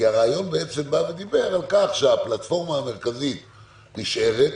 כי הרעיון דיבר על כך שהפלטפורמה המרכזית נשארת,